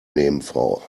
nebenfrau